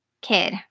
kid